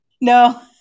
No